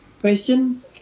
Question